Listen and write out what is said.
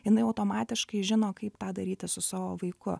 jinai automatiškai žino kaip tą daryti su savo vaiku